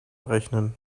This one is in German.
rechnen